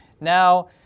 now